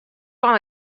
fan